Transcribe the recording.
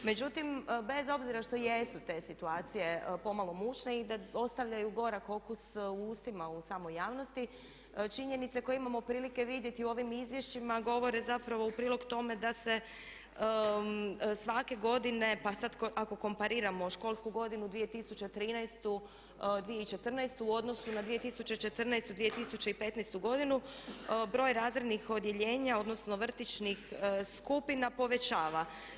Međutim, bez obzira što jesu te situacije pomalo mučne i da ostavljaju gorak okus u ustima u samoj javnosti činjenice koje imamo prilike vidjeti u ovim izvješćima govore zapravo u prilog tome da se svake godine pa sad ako kompariramo školsku godinu 2013./2014. u odnosu na 2014./2015. godinu broj razrednih odjeljenja odnosno vrtićkih skupina povećava.